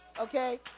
Okay